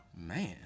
Man